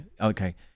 okay